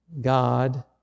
God